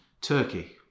Turkey